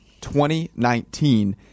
2019